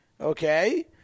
Okay